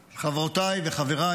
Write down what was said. חברותיי וחבריי,